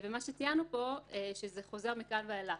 מה שציינו פה שזה חוזר מכאן ואילך,